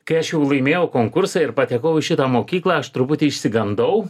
kai aš jau laimėjau konkursą ir patekau į šitą mokyklą aš truputį išsigandau